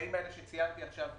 הקשיים שציינתי עכשיו,